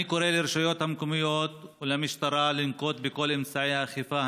אני קורא לרשויות המקומיות ולמשטרה לנקוט את כל אמצעי האכיפה,